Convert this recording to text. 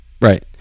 Right